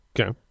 Okay